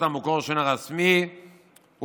האלה רוצים עצמאות חינוכית יותר גדולה,